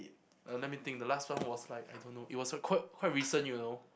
uh let me think the last one was like I don't know it was a quite quite recent you know